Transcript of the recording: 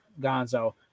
Gonzo